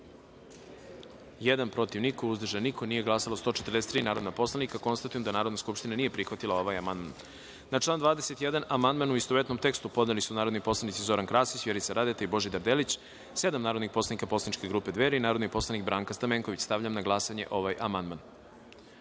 protiv – niko, uzdržanih – nema, nije glasalo 143 narodna poslanika. Konstatujem da Narodna skupština nije prihvatila ovaj amandman. Na član 21. amandman, u istovetnom tekstu, podneli su narodni poslanici Zoran Krasić, Vjerica Radeta i Božidar Delić, sedam narodnih poslanika poslaničke grupe Dveri i narodni poslanik Branka Stamenković. Stavljam na glasanje ovaj